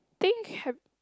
think